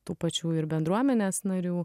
tų pačių ir bendruomenės narių